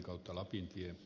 arvoisa puhemies